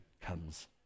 comes